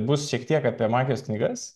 bus šiek tiek apie magijos knygas